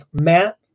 Matt